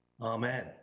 Amen